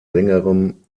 längerem